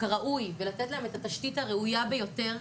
כראוי ולתת להם את התשתית הראויה ביותר,